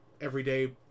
everyday